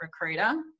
recruiter